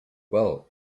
well